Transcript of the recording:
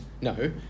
No